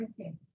Okay